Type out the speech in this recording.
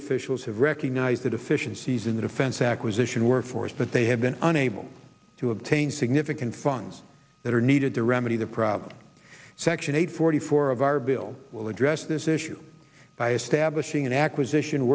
officials have recognized the deficiencies in the defense acquisition workforce but they have been unable to obtain significant funds that are needed to remedy the problem section eight forty four of our bill will address this issue by establishing an acquisition